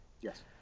Yes